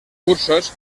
cursos